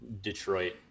Detroit